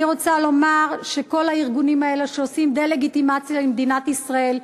אני רוצה לומר שכל הארגונים האלה שעושים דה-לגיטימציה למדינת ישראל,